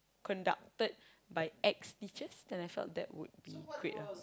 conducted by ex teachers then I felt that would be great ah